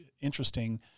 interesting